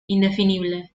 indefinible